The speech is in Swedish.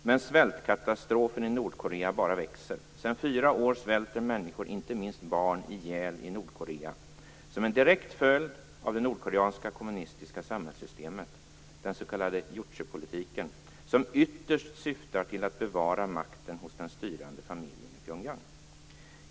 Men svältkatastrofen i Nordkorea bara växer. Sedan fyra år svälter människor, inte minst barn, ihjäl i Nordkorea som en direkt följd av det nordkoreanska kommunistiska samhällssystemet och den s.k. Juchepolitiken - som ytterst syftar till att bevara makten hos den styrande familjen i Pyongyang.